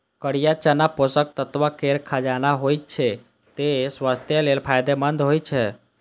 करिया चना पोषक तत्व केर खजाना होइ छै, तें स्वास्थ्य लेल फायदेमंद होइ छै